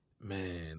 man